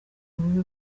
ububi